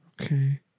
Okay